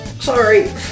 Sorry